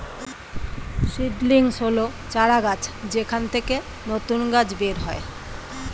seedlings হল চারাগাছ যেখান থেকে নতুন গাছ বের হয়